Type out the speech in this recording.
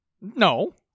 No